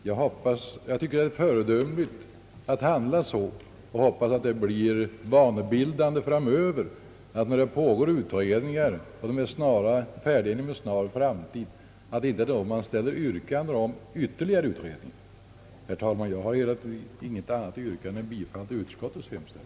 Jag tycker det är föredömligt att handla på det sättet och jag hoppas att det skall bli en vana framöver att, när det pågår utredningar som väntas bli färdiga inom kort, inte ställa yrkande om ytterligare utredningar. Herr talman! Jag har inget annat yrkande än om bifall till utskottets hemställan.